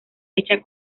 fecha